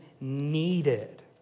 needed